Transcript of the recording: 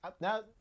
now